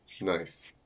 Nice